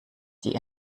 die